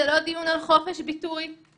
זה לא דיון על חופש ביטוי;